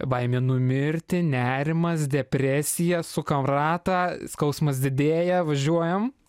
baimė numirti nerimas depresija sukam ratą skausmas didėja važiuojam